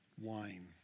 wine